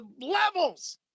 levels